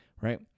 Right